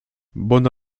bona